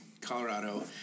Colorado